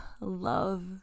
love